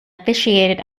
officiated